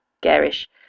garish